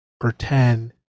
pretend